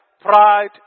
Pride